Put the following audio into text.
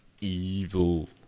evil